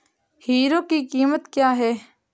Hero की कीमत क्या है?